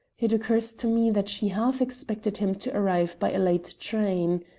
it occurs to me that she half expected him to arrive by a late train.